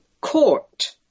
court